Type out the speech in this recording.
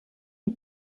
die